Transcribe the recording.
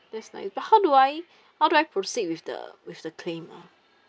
that's nice but how do I how do I proceed with the with the claim ah